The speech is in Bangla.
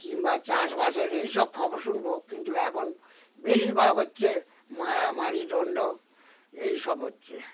কিংবা চাষবাসের এই সব খবর শুনবো কিন্তু এখন বেশিরভাগ হচ্ছে মারামারি দন্ড এইসব হচ্ছেে